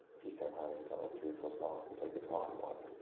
he sang harmonies on like three or four songs and played guitar on one.